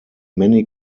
many